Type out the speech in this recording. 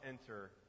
enter